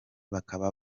bakaba